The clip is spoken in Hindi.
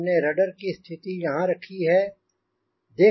हमने रडर की स्थिति यहांँ रखी है